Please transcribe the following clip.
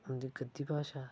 उं'दी गद्दी भाशा